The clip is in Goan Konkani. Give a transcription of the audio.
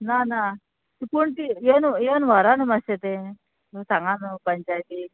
ना ना पूण ती येवन येवन व्हरां न्हू मात्शें तें सांगा न्हू पंचायतीक